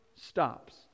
stops